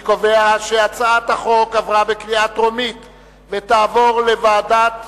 אני קובע שהצעת החוק עברה בקריאה טרומית ותעבור לוועדת